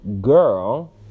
girl